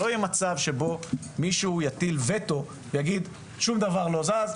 לא יהיה מצב שמישהו יטיל וטו ויגיד ששום דבר לא זז.